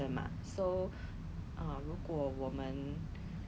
然后现在他们有很多很多 discount lor because